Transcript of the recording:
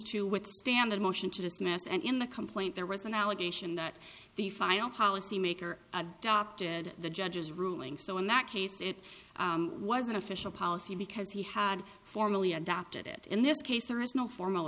to withstand a motion to dismiss and in the complaint there was an allegation that the final policy maker adopted the judge's ruling so in that case it was an official policy because he had formally adopted it in this case there is no formal